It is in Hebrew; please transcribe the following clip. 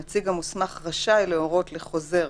הנציג המוסמך רשאי להורות לחוזר